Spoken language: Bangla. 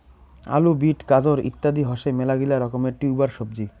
আলু, বিট, গাজর ইত্যাদি হসে মেলাগিলা রকমের টিউবার সবজি